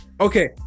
Okay